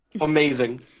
Amazing